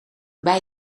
bij